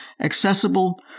accessible